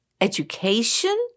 education